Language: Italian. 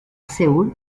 seul